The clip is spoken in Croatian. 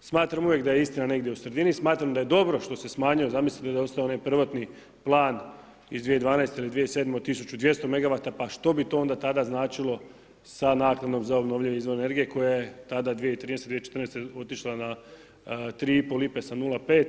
Smatram uvijek da je istina negdje u sredini, smatram da je dobro što se smanjio, zamislite da je ostao onaj prvotni plan iz 2012. ili 2007. o 1.200 megawata pa što bi to onda tada značilo sa naknadom za obnovljivi izvor energije koja je tada 2013. i 2014. otišla na 3 i pol lipe za 0,5,